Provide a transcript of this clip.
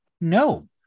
No